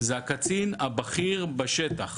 הקצין הבכיר בשטח